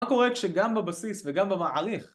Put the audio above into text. מה קורה כשגם בבסיס וגם במהליך?